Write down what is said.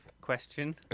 Question